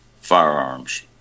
firearms